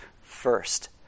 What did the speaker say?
first